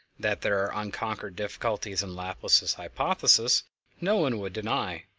that there are unconquered difficulties in laplace's hypothesis no one would deny,